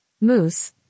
Moose